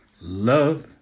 Love